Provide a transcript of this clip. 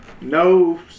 No